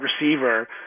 receiver